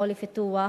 או לפיתוח,